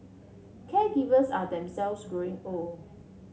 caregivers are themselves growing old